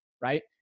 Right